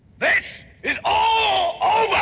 this is all